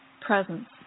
presence